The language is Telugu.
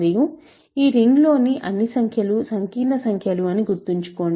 మరియు ఈ రింగ్ లోని అన్ని సంఖ్యలు సంకీర్ణ సంఖ్యలు అని గుర్తుంచుకోండి